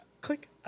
click